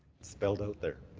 spelled out there.